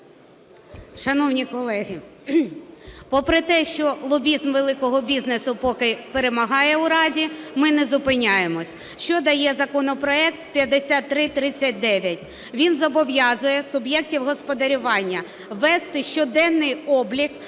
Шановні колеги, попри те, що лобізм великого бізнесу поки перемагає у Раді, ми не зупиняємося. Що дає законопроект 5339? Він зобов'язує суб'єктів господарювання вести щоденний облік